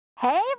Hey